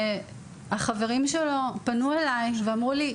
החברים שלו פנו אליי ואמרו לי,